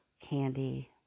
candy